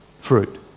fruit